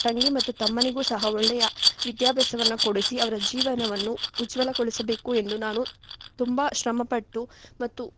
ತಂಗಿ ಮತ್ತು ತಮ್ಮನಿಗೂ ಸಹ ಒಳ್ಳೆಯ ವಿದ್ಯಾಭ್ಯಾಸವನ್ನು ಕೊಡಿಸಿ ಅವರ ಜೀವನವನ್ನು ಉಜ್ವಲಗೊಳಿಸಬೇಕು ಎಂದು ನಾನು ತುಂಬ ಶ್ರಮಪಟ್ಟು ಮತ್ತು